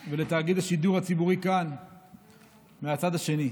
ולתאגיד השידור הציבורי כאן על "מהצד השני".